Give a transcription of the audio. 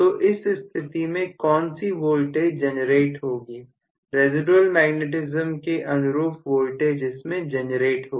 तो इस स्थिति में कौन सी वोल्टेज जनरेट होगी रेसीडुएल मैग्नेटिज्म के अनुरूप वोल्टेज इसमें जनरेट होगी